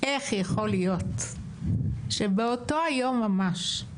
איך יכול להיות שבאותו היום ממש,